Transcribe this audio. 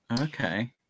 okay